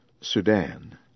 Sudan